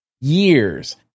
years